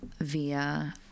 via